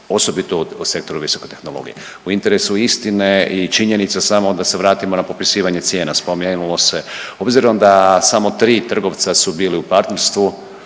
osobito u sektoru visoke tehnologije. U interesu istine i činjenica samo da se vratimo na popisivanje cijena, spomenuo se, obzirom da samo tri trgovca su bili u partnerstvu